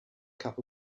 cup